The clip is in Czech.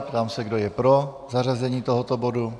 Ptám se, kdo je pro zařazení tohoto bodu.